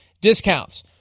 discounts